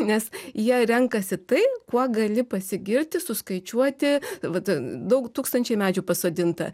nes jie renkasi tai kuo gali pasigirti suskaičiuoti vat daug tūkstančiai medžių pasodinta